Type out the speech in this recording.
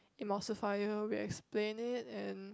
emulsifier we explain it and